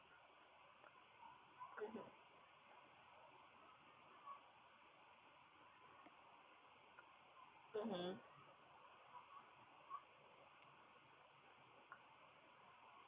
mmhmm mmhmm